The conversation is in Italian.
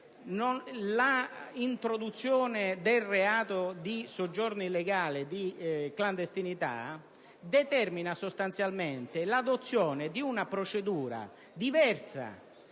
l'introduzione del reato di soggiorno illegale, di clandestinità, determina sostanzialmente l'adozione di una procedura speciale